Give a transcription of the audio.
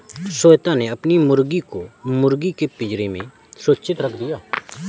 श्वेता ने अपनी मुर्गी को मुर्गी के पिंजरे में सुरक्षित रख दिया